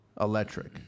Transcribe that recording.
electric